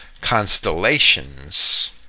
Constellations